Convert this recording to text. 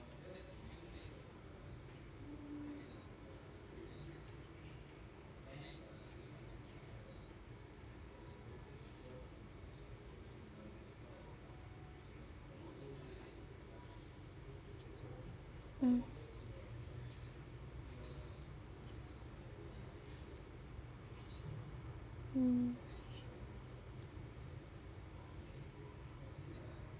mm mm